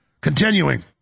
Continuing